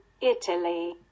Italy